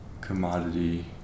commodity